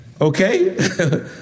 Okay